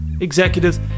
Executives